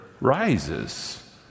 rises